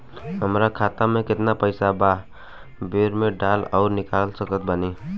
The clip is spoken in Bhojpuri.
हमार खाता मे केतना पईसा एक बेर मे डाल आऊर निकाल सकत बानी?